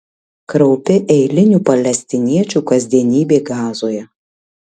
kraupi eilinių palestiniečių kasdienybė gazoje